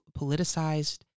politicized